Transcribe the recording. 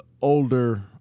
older